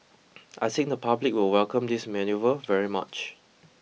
I think the public will welcome this manoeuvre very much